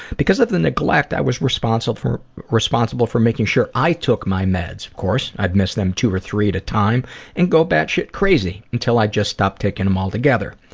because of the neglect, i was responsible for responsible for making sure that i took my meds. of course, i'd miss them two or three at a time and go bat-shit crazy until i just stopped taking them altogether.